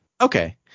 Okay